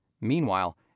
Meanwhile